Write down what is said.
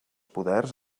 poders